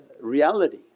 reality